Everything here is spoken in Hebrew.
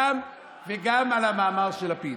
אני רוצה לומר לכם משהו, גם על המאמר של לפיד.